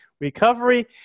recovery